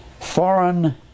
foreign